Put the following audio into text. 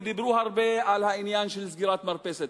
דיברו הרבה על העניין של סגירת מרפסת.